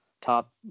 top